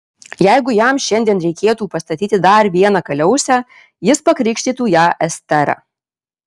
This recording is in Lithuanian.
jeigu jam šiandien reikėtų pastatyti dar vieną kaliausę jis pakrikštytų ją estera